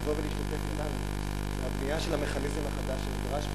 לבוא ולהשתתף אתנו בבנייה של המכניזם החדש שנדרש פה,